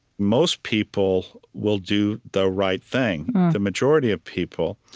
most people will do the right thing the majority of people.